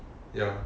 ya